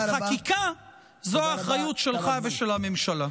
אבל חקיקה זו האחריות שלך ושל הממשלה.